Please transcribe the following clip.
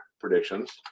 predictions